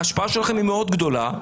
ההשפעה שלכם היא מאוד גדולה,